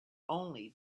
only